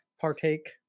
partake